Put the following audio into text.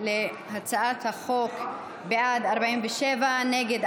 לוועדת החינוך,